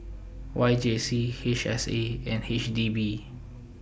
Y J C H S A and H D B